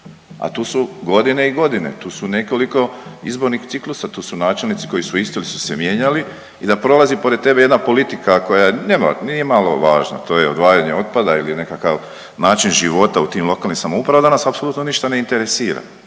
A tu su godine i godine, tu su nekoliko izbornih ciklusa, tu su načelnici koji su isti ili su se mijenjali i da prolazi pored tebe jedna politika koja nema, nije malo važna to je odvajanje otpada ili nekakav način života u tim lokalnim samoupravama, da nas apsolutno ništa ne interesira.